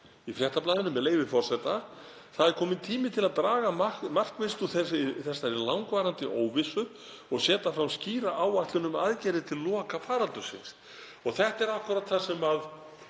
í Fréttablaðinu, með leyfi forseta: „Það er kominn tími til að draga markvisst úr þessari langvarandi óvissu og setja fram skýra áætlun um aðgerðir til loka faraldursins.“ Þetta er akkúrat það sem við